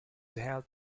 held